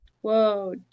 Whoa